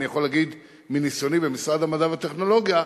אני יכול להגיד מניסיוני במשרד המדע והטכנולוגיה,